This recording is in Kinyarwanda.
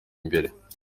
imbere